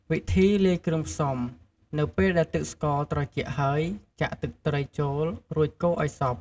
វិធីលាយគ្រឿងផ្សំ នៅពេលដែលទឹកស្ករត្រជាក់ហើយ ចាក់ ទឹកត្រី ចូល រួចកូរឲ្យសព្វ។